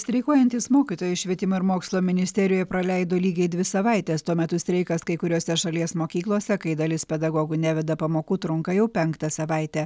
streikuojantys mokytojai švietimo ir mokslo ministerijoje praleido lygiai dvi savaites tuo metu streikas kai kuriose šalies mokyklose kai dalis pedagogų neveda pamokų trunka jau penktą savaitę